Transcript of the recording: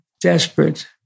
desperate